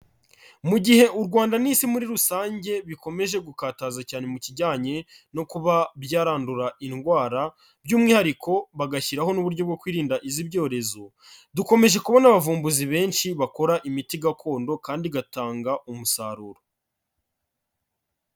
Mu gihe u Rwanda n'isi muri rusange bikomeje gukataza cyane mu kijyanye no kuba byarandura indwara by'umwihariko bagashyiraho n'uburyo bwo kwirinda iz'ibyorezo, dukomeje kubona abavumbuzi benshi bakora imiti gakondo kandi igatanga umusaruro.